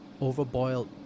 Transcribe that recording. overboiled